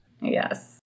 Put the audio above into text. Yes